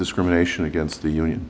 discrimination against the union